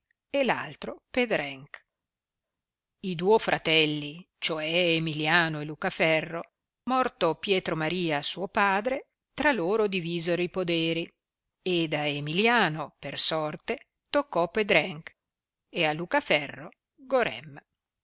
e l altro pedrènch i duo fratelli cioè emiliano e lucaferro morto pietromaria suo padre tra loro divisero i poderi ed a emilliano per sorte toccò pedrènch ed a lucaferro ghorèm